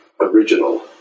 original